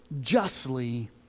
justly